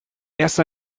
erst